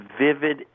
vivid